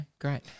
great